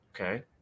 Okay